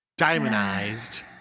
diamondized